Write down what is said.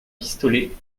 pistolet